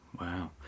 Wow